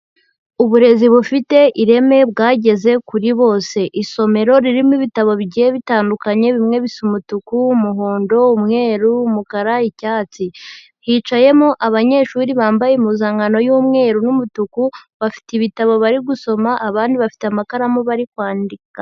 Uburezi bufite ireme bwageze kuri bose. Isomero ririmo ibitabo bigiye bitandukanye bimwe bisa umutuku, umuhondo, umweru, umukara, icyatsi. Hicayemo abanyeshuri bambaye impuzankano y'umweru n'umutuku, bafite ibitabo bari gusoma, abandi bafite amakaramu bari kwandika.